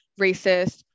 racist